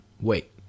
wait